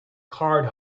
card